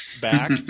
back